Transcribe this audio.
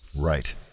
Right